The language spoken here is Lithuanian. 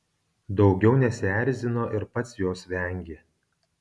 daugiau nesierzino ir pats jos vengė